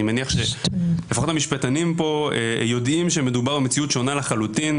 אני מניח שלפחות המשפטנים פה יודעים שמדובר במציאות שונה לחלוטין.